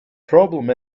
problem